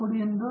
professor